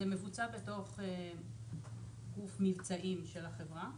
זה מבוצע בתוך גוף מבצעי של החברה,